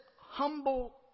humble